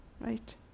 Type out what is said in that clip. Right